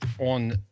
on